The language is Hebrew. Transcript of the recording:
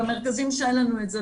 במרכזים שאין לנו את זה,